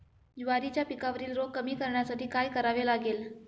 ज्वारीच्या पिकावरील रोग कमी करण्यासाठी काय करावे लागेल?